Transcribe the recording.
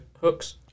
hooks